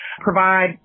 provide